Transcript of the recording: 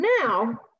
now